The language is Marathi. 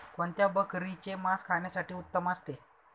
कोणत्या बकरीचे मास खाण्यासाठी उत्तम असते?